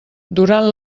durant